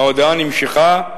ההודעה נמשכה: